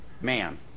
man